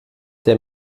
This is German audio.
der